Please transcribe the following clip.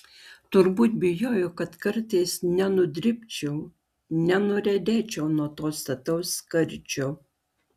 turbūt bijojo kad kartais nenudribčiau nenuriedėčiau nuo to stataus skardžio